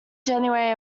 january